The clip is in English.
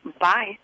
Bye